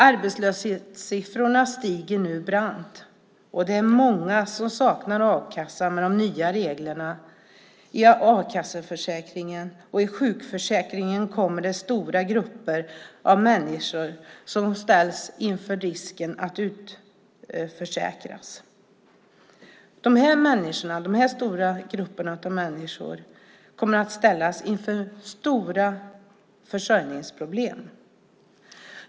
Arbetslöshetssiffrorna stiger nu brant, och det är många som saknar a-kassa i och med de nya reglerna i a-kasseförsäkringen. I sjukförsäkringen ställs stora grupper av människor inför risken att utförsäkras. De här stora grupperna av människor kommer att ställas inför stora försörjningsproblem.